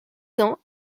cents